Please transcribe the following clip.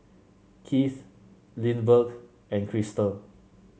Kieth Lindbergh and Krystle